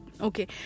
Okay